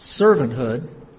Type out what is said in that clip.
servanthood